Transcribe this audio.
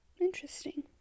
Interesting